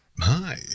hi